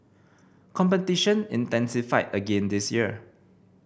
competition intensified again this year